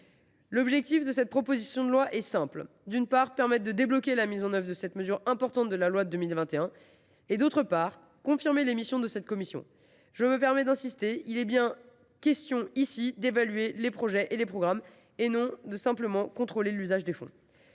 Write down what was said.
L’objectif de la proposition de loi que vous examinez est simple : d’une part, débloquer la mise en œuvre de cette mesure importante de la loi de 2021 ; d’autre part, confirmer les missions de cette commission. Je me permets d’insister : il est bien question d’évaluer les projets et les programmes, et non pas simplement de contrôler l’usage des fonds.